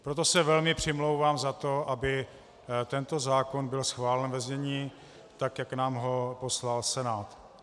Proto se velmi přimlouvám za to, aby tento zákon byl schválen ve znění, tak jak nám ho poslal Senát.